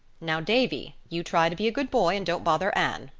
now, davy, you try to be a good boy and don't bother anne,